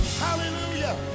Hallelujah